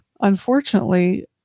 unfortunately